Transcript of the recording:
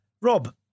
Rob